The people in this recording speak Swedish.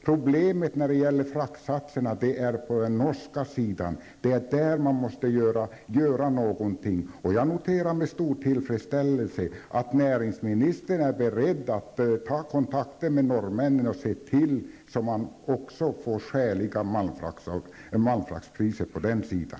Problemet när det gäller fraktsatserna ligger på den norska sidan, och det är där man måste göra någonting. Jag noterar med stor tillfredsställelse att näringsministern är beredd att ta kontakter med norrmännen och se till att det blir skäliga malmfraktpriser på den sidan.